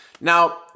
now